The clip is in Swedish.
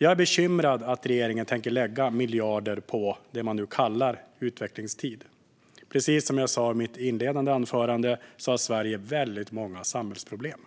Jag är bekymrad över att regeringen tänker lägga miljarder på det man kallar utvecklingstid. Precis som jag sa i mitt inledande anförande har Sverige många samhällsproblem.